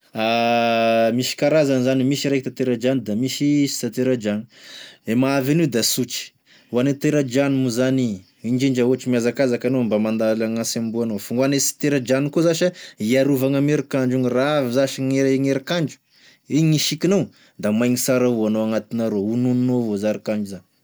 Misy karazany zany e, misy ray tanteradrano da misy sy tantera-drano, gne mahavy an'io da sotry, ho ane tera-drano moa zany indrindra ohatry mihazakazaky anao mba mandala gn'asembohanao, fa ho ane sy tera-drano koa zasa hiarovagna amign'erikandro gny raha avy zashe gny erikandro, ign'isikinao da maigny tsara.